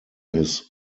his